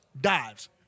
dives